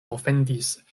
ofendis